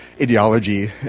ideology